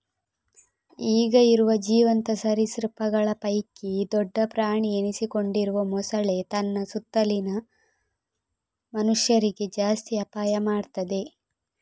ಈಗ ಇರುವ ಜೀವಂತ ಸರೀಸೃಪಗಳ ಪೈಕಿ ದೊಡ್ಡ ಪ್ರಾಣಿ ಎನಿಸಿಕೊಂಡಿರುವ ಮೊಸಳೆ ತನ್ನ ಸುತ್ತಲಿನ ಮನುಷ್ಯರಿಗೆ ಜಾಸ್ತಿ ಅಪಾಯ ಮಾಡ್ತದೆ